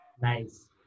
Nice